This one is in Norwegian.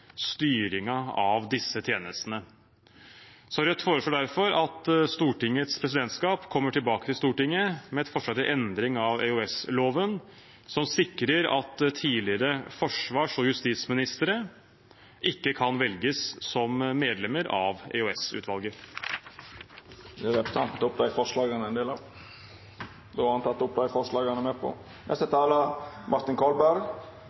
av disse tjenestene. Rødt foreslår derfor at Stortingets presidentskap kommer tilbake til Stortinget med et forslag til endring av EOS-loven som sikrer at tidligere forsvars- og justisministre ikke kan velges som medlemmer av EOS-utvalget. Jeg tar opp de forslagene som Rødt er med på. Representanten Bjørnar Moxnes har teke opp dei forslaga han viste til. Dei talarane som heretter får ordet, har ei taletid på